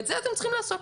את זה אתם צריכים לעשות.